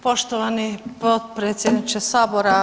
Poštovani potpredsjedniče Sabora.